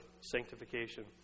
sanctification